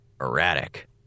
Erratic